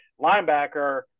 Linebacker